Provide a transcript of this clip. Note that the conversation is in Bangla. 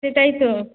সেটাই তো